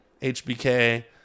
HBK